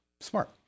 Smart